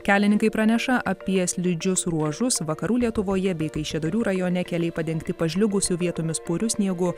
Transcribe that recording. kelininkai praneša apie slidžius ruožus vakarų lietuvoje bei kaišiadorių rajone keliai padengti pažliugusiu vietomis puriu sniegu